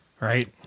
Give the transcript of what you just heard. Right